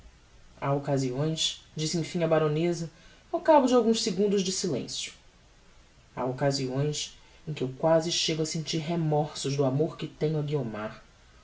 ha occasiões disse emfim a baroneza ao cabo de alguns segundos de silencio ha occasiões em que eu quasi chego a sentir remorsos do amor que tenho a guiomar